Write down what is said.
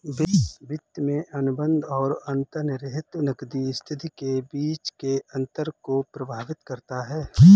वित्त में अनुबंध और अंतर्निहित नकदी स्थिति के बीच के अंतर को प्रभावित करता है